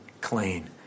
clean